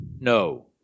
No